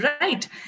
right